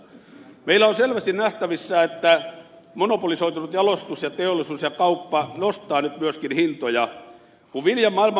meillä on selvästi nähtävissä että monopolisoitunut jalostusteollisuus ja kauppa nostavat nyt myöskin hintoja